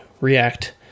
react